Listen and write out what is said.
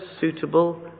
suitable